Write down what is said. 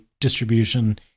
distribution